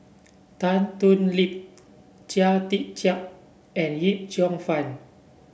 Tan Thoon Lip Chia Tee Chiak and Yip Cheong Fun